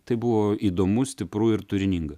tai buvo įdomu stipru ir turininga